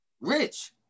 Rich